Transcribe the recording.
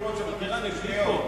זו חקירה נגדית פה?